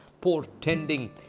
portending